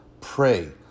Pray